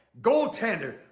goaltender